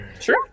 Sure